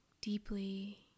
deeply